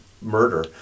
murder